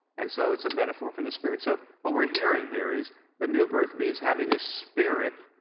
and so, it's a metaphor for the spirit. so, what we're hearing here is the new birth means having the spirit